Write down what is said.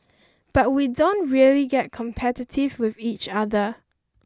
but we don't really get competitive with each other